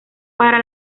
para